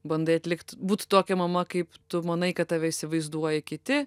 bandai atlikt būt tokia mama kaip tu manai kad tave įsivaizduoja kiti